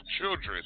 children